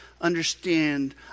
understand